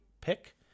pick